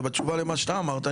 ובתשובה למה שאתה אמרת,